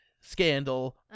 scandal